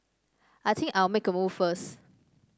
I think I'll make a move first